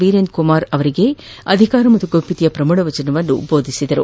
ವೀರೇಂದ್ರ ಕುಮಾರ್ ಅವರಿಗೆ ಅಧಿಕಾರ ಮತ್ತು ಗೌಪ್ನತೆಯ ಪ್ರಮಾಣ ವಚನ ಬೋಧಿಸಿದರು